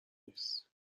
نیست